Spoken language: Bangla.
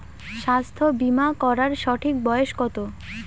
স্বাস্থ্য বীমা করার সঠিক বয়স কত?